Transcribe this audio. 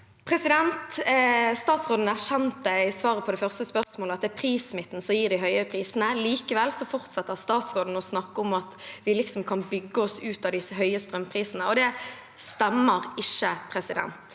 Statsråden erkjente i sitt svar på det første spørsmålet at det er prissmitten som gir de høye prisene. Likevel fortsetter statsråden å snakke om at vi kan bygge oss ut av de høye strømprisene. Det stemmer ikke. Jeg